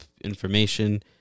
information